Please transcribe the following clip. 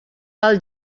pel